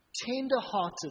tender-hearted